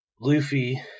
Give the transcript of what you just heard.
Luffy